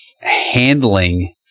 handling